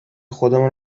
خودمان